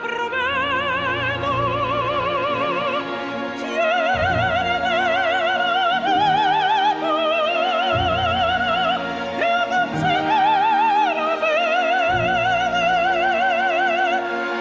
are